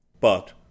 but